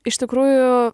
iš tikrųjų